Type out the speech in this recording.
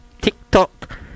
TikTok